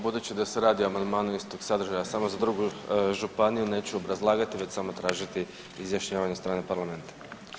Budući da se radi o amandmanu istog sadržaja samo za drugu županiju neću obrazlagati već samo tražiti izjašnjavanje od strane Parlamenta.